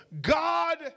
God